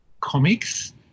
comics